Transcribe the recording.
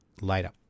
later